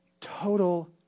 total